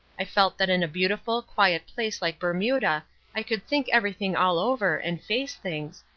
i felt that in a beautiful, quiet place like bermuda i could think everything all over and face things,